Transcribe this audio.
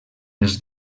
els